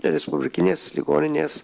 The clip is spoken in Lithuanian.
respublikinės ligoninės